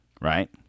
right